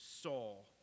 Saul